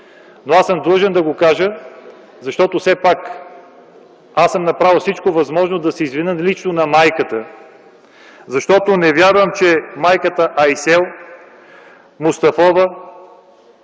но съм длъжен да го кажа, защото все пак аз съм направил всичко възможно да се извиня лично на майката. Не вярвам, че майката Айсел Мустафова